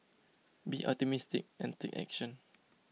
be optimistic and take action